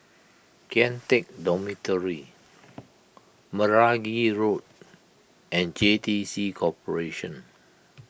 Kian Teck Dormitory Meragi Road and J T C Corporation